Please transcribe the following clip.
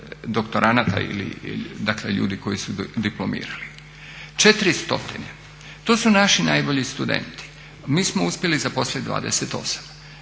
doktoranata ili ljudi koji su diplomirali, 400. To su naši najbolji studenti. Mi smo uspjeli zaposliti 28.